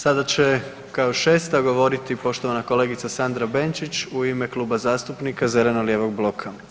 Sada će, kao šesta govoriti poštovana kolegica Sandra Benčić u ime Kluba zastupnika zeleno-lijevog bloka.